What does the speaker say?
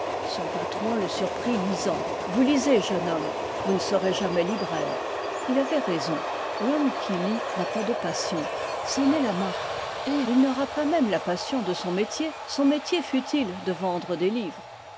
son patron le surprit lisant vous lisez jeune homme vous ne serez jamais libraire il avait raison l'homme qui lit n'a pas de passions c'en est la marque et il n'aura pas même la passion de son métier son métier fût-il de vendre des livres